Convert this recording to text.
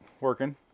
working